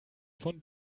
von